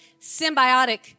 symbiotic